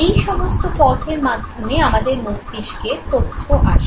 এই সমস্ত পথের মাধ্যমে আমাদের মস্তিষ্কে তথ্য আসে